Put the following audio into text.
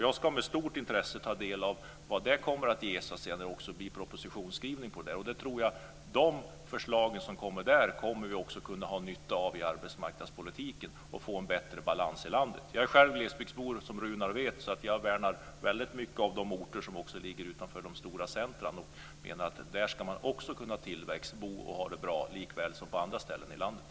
Jag ska med stort intresse ta del av vad det kommer att ge i propositionsskrivningen. De förslagen som kommer att läggas fram där kommer vi att ha nytta av i arbetsmarknadspolitiken för att få en bättre balans i landet. Jag är själv glesbygdsbo, som Runar Patriksson vet, så jag värnar väldigt mycket om de orter som ligger utanför de stora centrumen. Jag menar att man också där ska kunna ha tillväxt, bo och ha det bra, likväl som på andra ställen i landet.